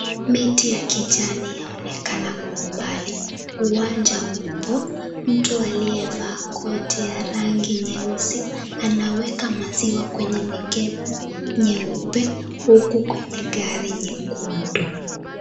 Miti ya kijani yaonekana kwa umbali, uwanja upo, mtu aliyevaa koti ya rangi nyeusi anaweka maziwa kwenye mikebe nyeupe huku kwenye gari nyekundu.